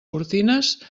cortines